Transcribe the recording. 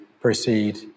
proceed